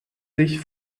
sich